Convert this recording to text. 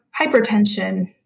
hypertension